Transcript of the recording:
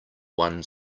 one